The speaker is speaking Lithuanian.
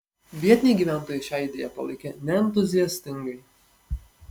vietiniai gyventojai šią idėją palaikė neentuziastingai